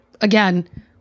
again